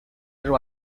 there